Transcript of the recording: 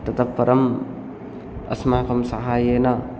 ततः परम् अस्माकं साहाय्येन